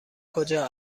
کجا